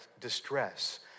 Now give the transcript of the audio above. distress